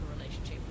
relationship